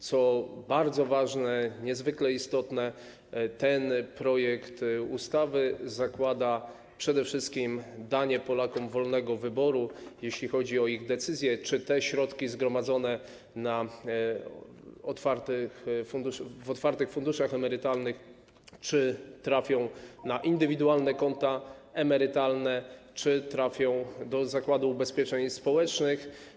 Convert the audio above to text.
Co bardzo ważne, niezwykle istotne, ten projekt ustawy zakłada przede wszystkim danie Polakom wolnego wyboru, jeśli chodzi o ich decyzję, czy te środki zgromadzone w otwartych funduszach emerytalnych trafią na indywidualne konta emerytalne czy trafią do Zakładu Ubezpieczeń Społecznych.